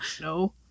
No